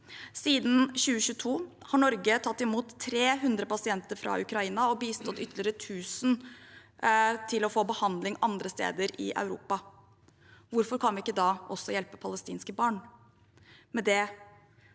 Siden 2022 har Norge tatt imot 300 pasienter fra Ukraina og bistått ytterligere 1 000 i å få behandling andre steder i Europa. Hvorfor kan vi ikke da også hjelpe palestinske barn? Med det